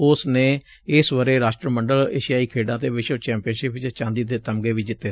ਉਸ ਨੇ ਇਸ ਵਰੇ ਰਾਸਟਰ ਮੰਡਲ ਏਸ਼ੀਆਈ ਖੇਡਾਂ ਅਤੇ ਵਿਸ਼ਵ ਚੈਪੀਅਨਸ਼ਿਪ ਚ ਚਾਂਦੀ ਦੇ ਤਮਗੇ ਜਿੱਤੇ ਨੇ